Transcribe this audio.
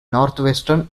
northwestern